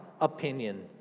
opinion